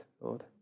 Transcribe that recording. Lord